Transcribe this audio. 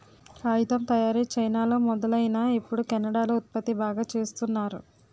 కాగితం తయారీ చైనాలో మొదలైనా ఇప్పుడు కెనడా లో ఉత్పత్తి బాగా చేస్తున్నారు